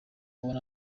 mbona